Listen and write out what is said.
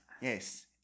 Yes